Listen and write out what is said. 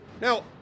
Now